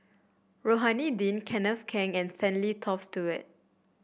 Rohani Din Kenneth Keng and Stanley Toft Stewart